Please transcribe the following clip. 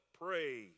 pray